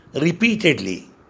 repeatedly